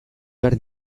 behar